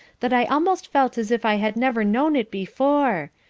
that i almost felt as if i had never known it before.